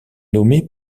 nommés